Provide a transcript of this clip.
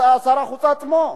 שר החוץ עצמו.